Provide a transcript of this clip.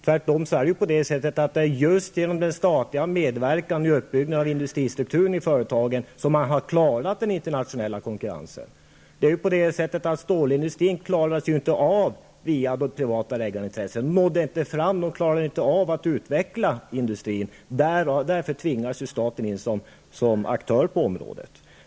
Det är ju tvärtom just genom den statliga medverkan i uppbyggnaden av industristrukturen i företagen som man har klarat den internationella konkurrensen. De privata ägarintressena klarade ju inte av att utveckla stålindustrin, och därför tvingades staten in som aktör på området.